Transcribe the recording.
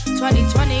2020